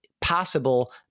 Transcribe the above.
possible